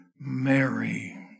Mary